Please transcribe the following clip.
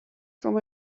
from